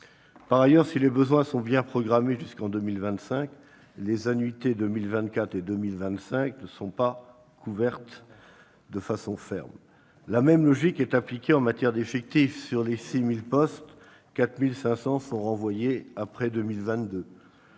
Par ailleurs, si les besoins sont bien programmés jusqu'en 2025, les annuités 2024 et 2025 ne sont pas couvertes de manière ferme. La même logique est appliquée en matière d'effectifs : sur les 6 000 créations de postes prévues, 4 500 sont renvoyées à après 2022.